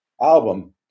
album